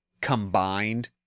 combined